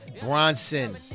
Bronson